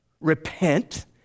Repent